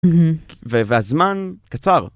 והזמן קצר.